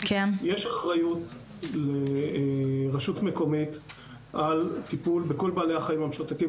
יש אחריות לרשות מקומית על טיפול בכל בעלי החיים המשוטטים,